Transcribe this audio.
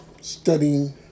studying